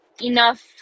enough